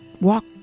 walk